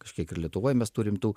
kažkiek ir lietuvoj mes turim tų